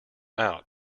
out